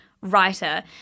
writer